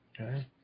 Okay